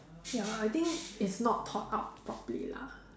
ya I think it's not thought out properly lah